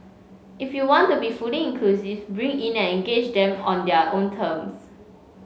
if you want to be fully inclusive bring in and engage them on their own terms